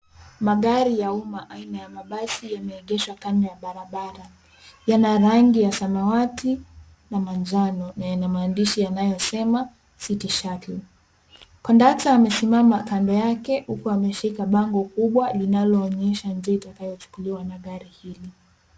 Magari ya umma aina ya mabasi yameegeshwa kando ya barabara. Yana rangi ya samawati na manjano, na yana maadishi yanayosema city shuttle. Kondakta amesimama kando yake huku ameshika bango kubwa linaloonyesha njia itakalochukuliwa na gari hili.